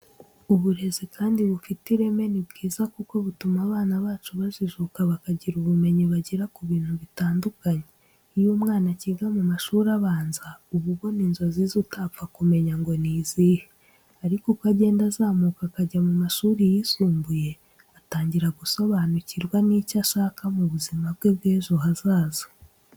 Uburezi kandi bufite ireme ni bwiza kuko butuma abana bacu bajijuka bakagira ubumenyi bagira ku bintu bitandukanye. Iyo umwana akiga mu mashuri abanza uba ubona inzozi ze utapfa kumenya ngo ni izihe. Ariko uko agenda azamuka akajya mu mashuri yisumbuye, atangira gusobanukirwa n'icyo ashaka mu buzima bwe bw'ejo hazaza.